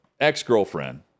ex-girlfriend